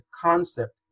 concept